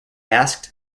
asked